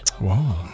Wow